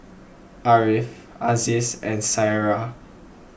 Ariff Aziz and Syirah